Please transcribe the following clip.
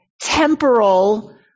temporal